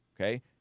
okay